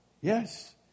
Yes